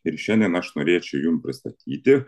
ir šiandien aš norėčiau jum pristatyti